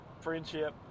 friendship